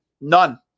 None